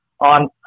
on